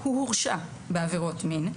הוא הורשע בעבירות מין,